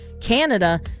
Canada